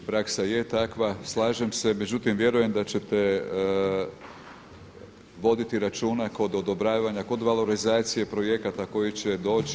Praksa je takva, slažem se, međutim vjerujem da ćete voditi računa kod odobravanja, kod valorizacije projekata koji će doći.